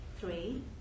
Three